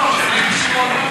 300 שקל,